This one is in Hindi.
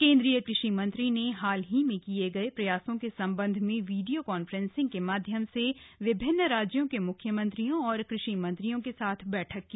केंद्रीय कृषि मंत्री ने हाल ही में किए गए प्रयासों के सम्बन्ध में वीडियो कॉन्फ्रेंसिंग के माध्यम से विभिन्न राज्यों के मुख्यमंत्रियों और कृषि मंत्रियों के साथ बैठक की